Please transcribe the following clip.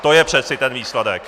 To je přece ten výsledek.